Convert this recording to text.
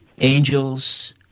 angels